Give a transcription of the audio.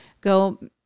go